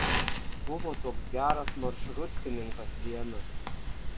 buvo toks geras maršrutkininkas vienas